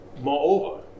moreover